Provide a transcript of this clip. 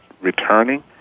returning